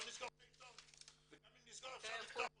לא נסגור את העיתון וגם אם נסגור אפשר לפתוח אותו.